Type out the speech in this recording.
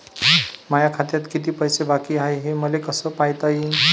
माया खात्यात किती पैसे बाकी हाय, हे मले कस पायता येईन?